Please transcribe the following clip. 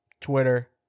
Twitter